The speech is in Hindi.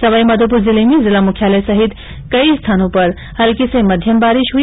सवाईमाधोपुर जिले में जिला मुख्यालय सहित कई स्थानों पर हल्की से मध्यम बारिश हुई